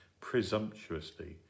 presumptuously